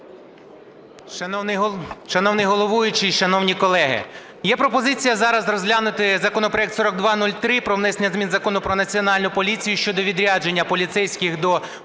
Шановний головуючий, шановні колеги, є пропозиція зараз розглянути законопроект 4203 про внесення змін до Закону "Про Національну поліцію" (щодо відрядження поліцейських до установ,